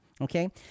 okay